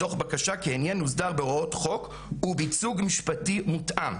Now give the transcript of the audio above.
תוך בקשה כי העניין יוסדר בהוראות חוק ובייצוג משפטי מותאם.